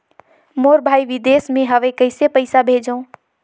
मोर भाई विदेश मे हवे कइसे पईसा भेजो?